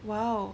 !wow!